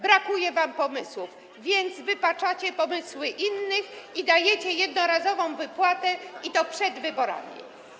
Brakuje wam pomysłów, więc wypaczacie pomysły innych i dajecie jednorazową wypłatę, i to przed wyborami.